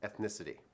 ethnicity